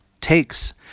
takes